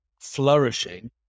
flourishing